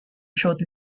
showed